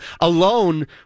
alone